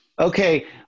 Okay